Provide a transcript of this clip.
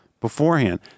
beforehand